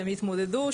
שהם יתמודדו,